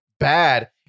Bad